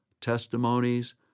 testimonies